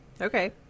Okay